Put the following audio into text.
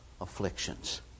afflictions